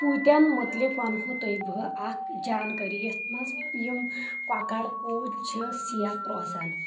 پوٗتیٚن مُتعلِق وَنہو بہٕ تۄہہ اکھ جانٛکٲری یَتھ منٛز یِم کۄکَر پوٗتۍ چھِ سیف روزان